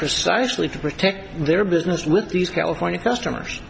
precisely to protect their business with these california customers